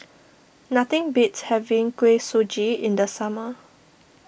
nothing beats having Kuih Suji in the summer